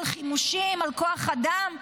על חימושים ועל כוח אדם,